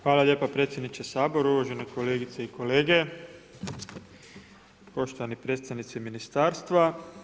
Hvala lijepa predsjedniče Sabora, uvažene kolegice i kolege, poštovani predsjednici ministarstva.